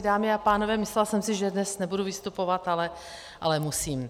Dámy a pánové, myslela jsem si, že dnes nebudu vystupovat, ale musím.